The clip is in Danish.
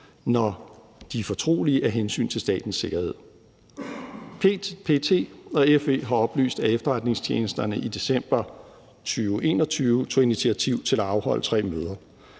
når de er fortrolige af hensyn til statens sikkerhed. PET og FE har oplyst, at efterretningstjenesterne i december 2021 tog initiativ til at afholde tre møder.